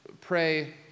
pray